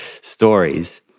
stories